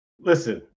Listen